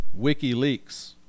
WikiLeaks